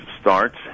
starts